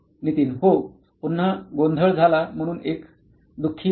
नितीन हो पुन्हा गोंधळ झाला म्हणून एक दुखी भावना